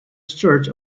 church